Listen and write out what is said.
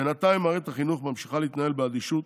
בינתיים, מערכת החינוך ממשיכה להתנהל באדישות,